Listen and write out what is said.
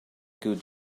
good